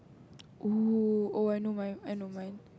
oh oh I know mine I know mine